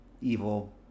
evil